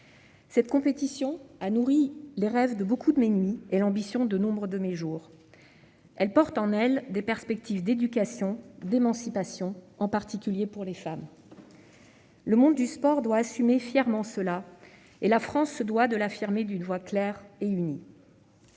Cette compétition a nourri les rêves de beaucoup de mes nuits et l'ambition de nombre de mes jours. Elle porte en elle des perspectives d'éducation et d'émancipation, en particulier pour les femmes. Le monde du sport doit assumer cette ambition avec fierté et la France se doit de l'affirmer d'une voix claire et unie.